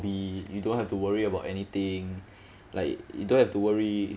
you don't have to worry about anything like you don't have to worry